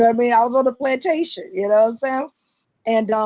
i mean yeah was on the plantation, you know so and